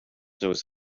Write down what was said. knows